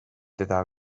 teda